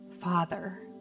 father